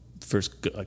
first